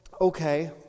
okay